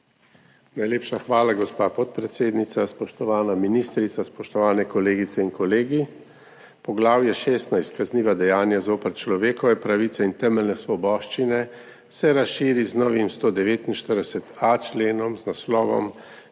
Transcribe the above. Najlepša hvala, gospa podpredsednica. Spoštovana ministrica, spoštovane kolegice in kolegi! Poglavje 16 – Kazniva dejanja zoper človekove pravice in temeljne svoboščine se razširi z novim 149a. členom z naslovom